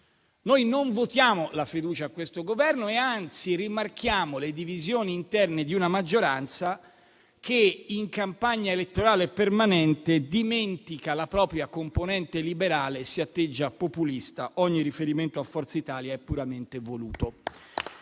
Noi non votiamo la fiducia a questo Governo e, anzi, rimarchiamo le divisioni interne di una maggioranza che in campagna elettorale permanente dimentica la propria componente liberale e si atteggia a populista; ogni riferimento a Forza Italia è puramente voluto.